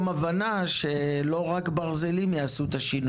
הבנה שלא רק ברזלים יעשו את השינוי.